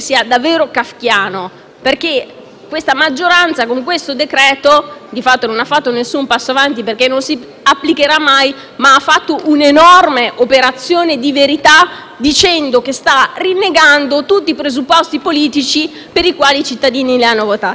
questa maggioranza con questo decreto-legge di fatto non ha compiuto passi avanti perché non si applicherà mai. Ha però fatto un'enorme operazione di verità dicendo che sta rinnegando tutti i presupposti politici per i quali i cittadini li hanno votati. Ebbene questa è una notizia.